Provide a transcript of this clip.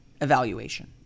evaluation